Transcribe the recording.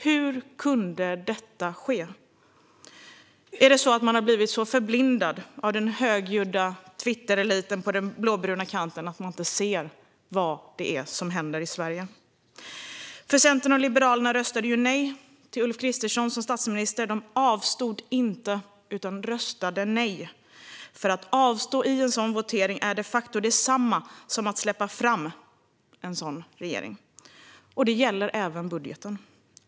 Hur kunde detta ske? Har man blivit så förblindad av den högljudda Twittereliten på den blåbruna kanten att man inte ser vad det är som händer i Sverige? Centern och Liberalerna röstade ju nej till Ulf Kristersson som statsminister. De avstod inte utan röstade nej, för att avstå i en sådan votering är de facto detsamma som att släppa fram en sådan regering. Det gäller även budgeten.